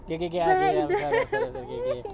okay okay okay I understand I understand okay okay okay